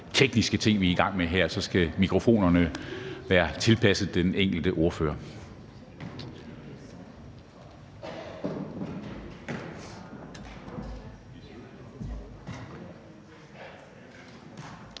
tekniske ting, vi er i gang med her, hvor mikrofonerne skal være tilpasset den enkelte ordfører.